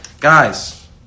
Guys